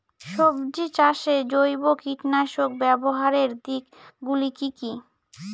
সবজি চাষে জৈব কীটনাশক ব্যাবহারের দিক গুলি কি কী?